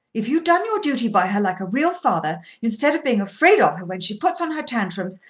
if you'd done your duty by her like a real father instead of being afraid of her when she puts on her tantrums,